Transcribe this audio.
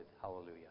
Hallelujah